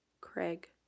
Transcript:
Craig